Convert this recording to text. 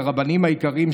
לרבנים היקרים,